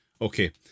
okay